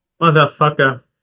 Motherfucker